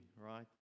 right